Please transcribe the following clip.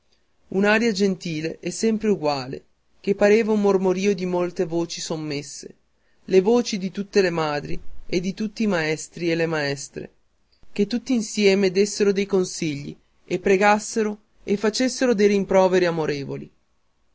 un'aria gentile e sempre eguale che pareva un mormorìo di molte voci sommesse le voci di tutte le madri e di tutti i maestri e le maestre che tutti insieme dessero dei consigli e pregassero e facessero dei rimproveri amorevoli